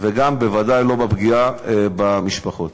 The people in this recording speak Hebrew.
ובוודאי לא בפגיעה במשפחות.